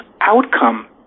outcome